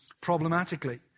problematically